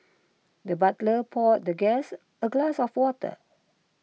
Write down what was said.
the butler poured the guest a glass of water